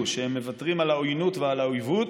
שהם מוותרים על העוינות ועל האויבות,